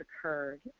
occurred